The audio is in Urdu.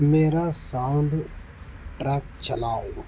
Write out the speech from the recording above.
میرا ساؤنڈ ٹرک چلاؤ